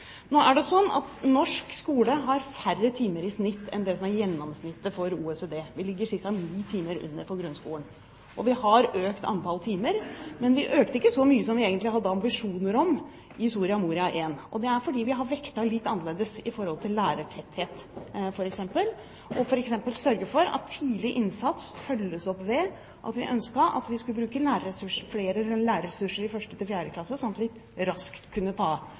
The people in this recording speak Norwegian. Nå er det sånn at norsk skole har færre timer i snitt enn det som er gjennomsnittet for OECD. Vi ligger ca. ni timer under i grunnskolen. Vi har økt antall timer, men vi økte ikke så mye som vi egentlig hadde ambisjoner om i Soria Moria I. Det er fordi vi har vektet litt annerledes bl.a. i forhold til lærertetthet, og f.eks. sørget for at tidlig innsats ble fulgt opp, fordi vi ønsket at vi skulle bruke flere lærerressurser i 1.–4. klasse, sånn at vi raskt kunne ta